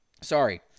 Sorry